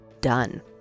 done